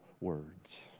words